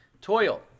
toil